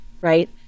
Right